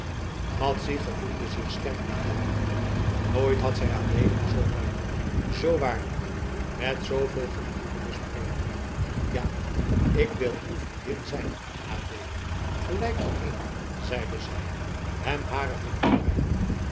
madzy gevoelde zich sterk aangedaan nooit had zij adeelen zoo warm zoo waardig met zooveel gevoel hooren spreken ja ik wil uw vriendin zijn adeelen gelijk voorheen zeide zij hem hare hand toereikende